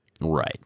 Right